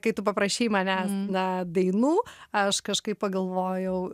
kai tu paprašei manęs na dainų aš kažkaip pagalvojau